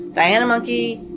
diana monkey,